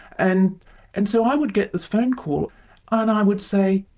and and so i would get this phone call and i would say,